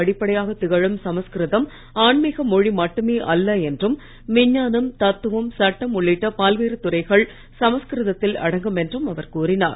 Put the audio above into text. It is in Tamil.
அடிப்படையாக திகழும் சமஸ்கிருதம் ஆன்மீக மொழி மட்டுமே அல்ல என்றும் விஞ்ஞானம் தத்துவம் சட்டம் உள்ளிட்ட பல்வேறு துறைகள் சமஸ்கிருதத்தில் அடங்கும் என்றும் அவர் கூறினார்